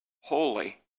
holy